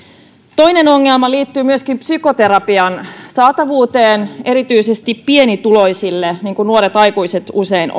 toinen ongelma liittyy myöskin psykoterapian saatavuuteen erityisesti pienituloisille niin kuin nuoret aikuiset usein